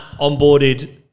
onboarded